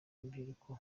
rubyiruko